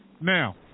Now